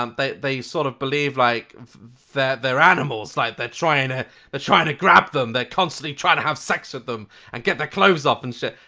um but they sort of believe. like they're animals like they're trying to but trying to grab them, they're constantly trying to have sex with them and get their clothes off and shit.